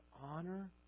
honor